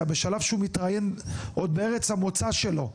בשלב שהוא מתראיין עוד בארץ המוצא שלו,